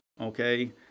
okay